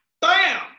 Bam